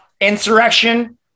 insurrection